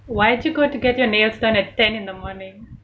why did you go to get your nails done at ten in the morning